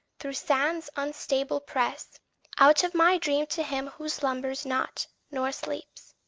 through sands unstable press out of my dream to him who slumbers not nor sleeps.